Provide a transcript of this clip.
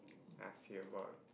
ask you about